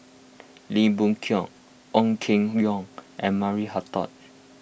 Lim Boon Keng Ong Keng Yong and Maria Hertogh